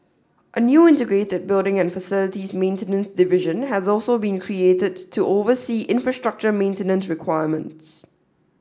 a new integrated building and facilities maintenance division has also been created to oversee infrastructure maintenance requirements